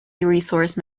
resource